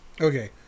Okay